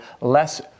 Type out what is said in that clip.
less